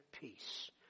peace